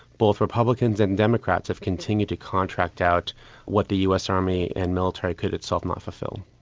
both republicans and democrats have continued to contract out what the us army and military could itself not fulfil.